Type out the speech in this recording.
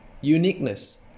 uniqueness